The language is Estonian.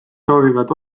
soovivad